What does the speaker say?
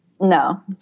No